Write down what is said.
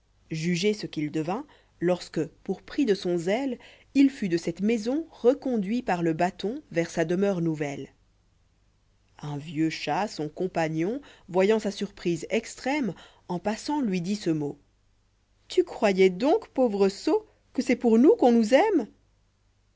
jugez de ce qu'il devint lorsque pour prix de son zèle il fut de cette maison reconduit par lé bâton vers sa demeure nouvelle un vieux chat son compagnon voyant sa surprise extrême en passant lui dit ce mot tu croyois donc pauvre sot que c'est pour nous qu'on nous aime